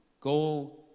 go